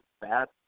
bad